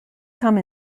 come